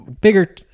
bigger